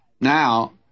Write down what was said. Now